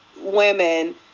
women